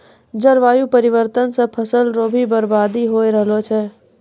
जलवायु परिवर्तन से फसल रो भी बर्बादी हो रहलो छै